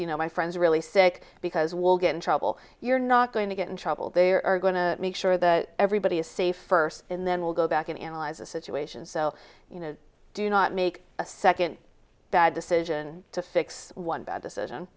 you know my friends are really sick because we'll get in trouble you're not going to get in trouble they are going to make sure that everybody is safe first and then we'll go back and analyze the situation so you know do not make a second bad decision to fix one bad decision